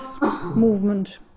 movement